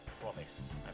promise